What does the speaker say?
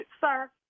Sir